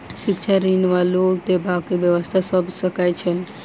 शिक्षा ऋण वा लोन देबाक की व्यवस्था भऽ सकै छै?